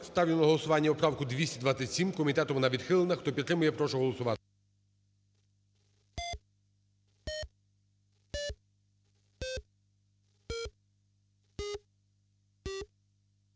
Ставлю на голосування правку 266. Комітет її відхилив. Хто підтримує, прошу голосувати.